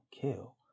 kill